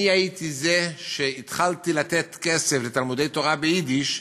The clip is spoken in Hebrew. אני הייתי זה שהתחלתי לתת כסף לתלמודי-תורה ביידיש,